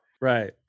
Right